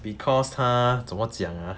because 她怎么讲 ah